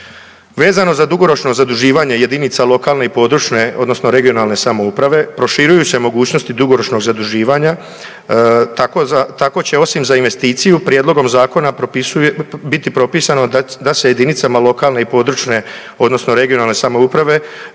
Vezano za dugoročno zaduživanje jedinica lokalne i područne odnosno regionalne samouprave, proširuju se mogućnosti dugoročnog zaduživanja, tako će osim za investiciju, prijedlogom zakona biti propisano da se jedinicama lokalne i područne odnosno regionalne samouprave,